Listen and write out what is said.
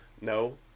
no